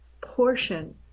portion